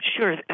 Sure